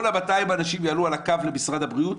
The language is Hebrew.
כל 200 האנשים יעלו על הקו למשרד הבריאות.